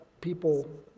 people